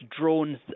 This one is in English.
drones